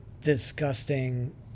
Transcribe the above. disgusting